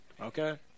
okay